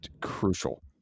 crucial